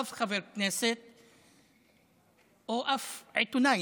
אף חבר כנסת או אף עיתונאי,